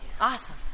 Awesome